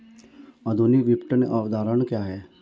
आधुनिक विपणन अवधारणा क्या है?